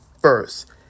first